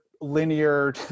linear